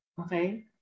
Okay